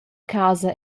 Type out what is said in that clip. casa